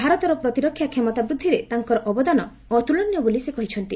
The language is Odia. ଭାରତର ପ୍ରତିରକ୍ଷା କ୍ଷମତା ବୃଦ୍ଧିରେ ତାଙ୍କର ଅବଦାନ ଅତ୍ରଳନୀୟ ବୋଲି ସେ କହିଛନ୍ତି